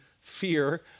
fear